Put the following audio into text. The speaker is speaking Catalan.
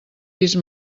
vist